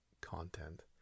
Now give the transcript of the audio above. content